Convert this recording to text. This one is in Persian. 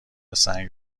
سنگ